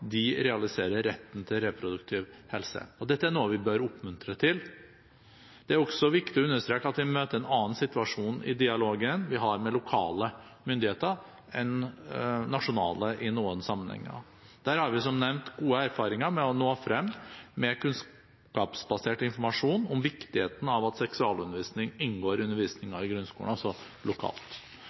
de realiserer retten til reproduktiv helse. Dette er noe vi bør oppmuntre til. Det er også viktig å understreke at vi møter en annen situasjon i dialogen vi har med lokale myndigheter enn med nasjonale i noen sammenhenger. Der har vi, som nevnt, gode erfaringer med å nå frem med kunnskapsbasert informasjon om viktigheten av at seksualundervisning inngår i undervisningen i grunnskolen, altså lokalt.